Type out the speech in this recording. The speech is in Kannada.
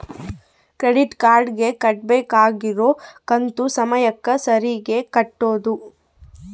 ಕ್ರೆಡಿಟ್ ಕಾರ್ಡ್ ಗೆ ಕಟ್ಬಕಾಗಿರೋ ಕಂತು ಸಮಯಕ್ಕ ಸರೀಗೆ ಕಟೋದು